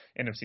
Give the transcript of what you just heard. NFC